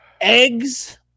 Eggs